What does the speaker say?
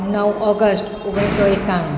નવ ઓગષ્ટ ઓગણીસસો એકાણું